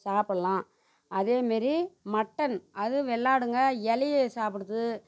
சாப்பிட்லாம் அதே மாரி மட்டன் அதுவும் வெள்ளாடுங்க இலைய சாப்பிடுது